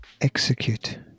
execute